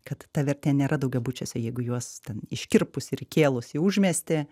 kad ta vertė nėra daugiabučiuose jeigu juos ten iškirpus ir įkėlus į užmiestį